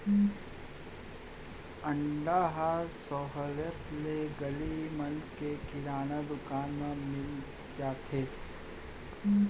अंडा ह सहोल्लत ले गली मन के किराना दुकान म मिल जाथे